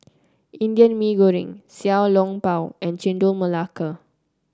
Indian Mee Goreng Xiao Long Bao and Chendol Melaka